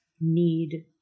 need